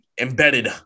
embedded